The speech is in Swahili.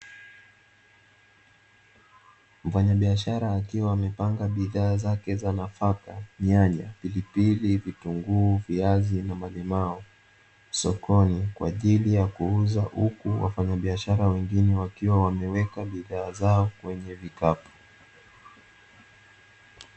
Mfanyabiashara akiwa amepanga bidhaa zake za nafaka: nyanya, pilipili, vitunguu, Viazi na malimao sokoni kwa ajili ya kuuza, huku wafanyabiashara wengine wakiwa wameweka bidhaa zao kwenye vikapu.